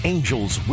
Angels